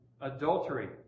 Adultery